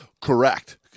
Correct